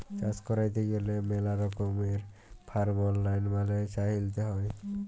চাষ ক্যইরতে গ্যালে ম্যালা রকমের ফার্ম আইল মালে চ্যইলতে হ্যয়